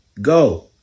Go